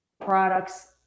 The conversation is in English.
products